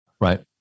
Right